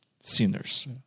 sinners